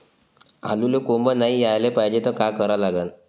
आलूले कोंब नाई याले पायजे त का करा लागन?